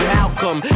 Malcolm